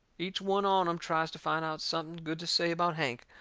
each one on em tries to find out something good to say about hank,